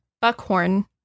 buckhorn